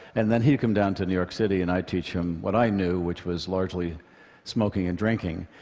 and then he'd come down to new york city and i'd teach him what i knew, which was largely smoking and drinking.